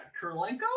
Kurlenko